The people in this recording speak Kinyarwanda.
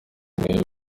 mwebwe